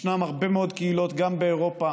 יש הרבה מאוד קהילות, של כורדים, גם באירופה,